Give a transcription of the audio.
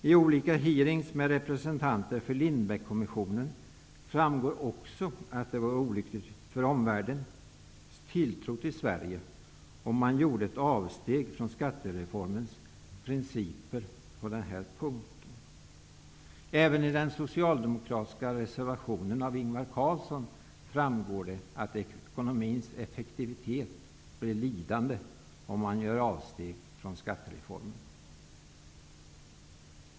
I olika utfrågningar med representanter för Lindbeckkommissionen framgår att det vore olyckligt med tanke på omvärldens tilltro till Sverige om man gjorde ett avsteg från skattereformens principer på denna punkt. Även i den socialdemokratiska reservationen av Ingvar Carlsson framgår att ekonomins effektivitet blir lidande om man gör avsteg från skattereformen.